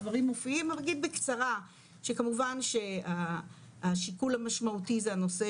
הדברים מופיעים אבל אני אגיד בקצרה שכמובן שהשיקול המשמעותי זה הנושא